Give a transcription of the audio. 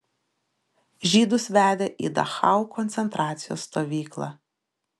žydus vedė į dachau koncentracijos stovyklą